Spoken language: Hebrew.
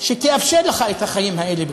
שתאפשר לך את החיים האלה בכבוד?